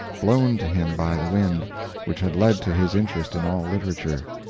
blown to him by the wind which had led to his interest in all literature.